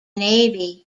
navy